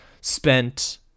spent